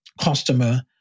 customer